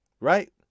right